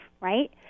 right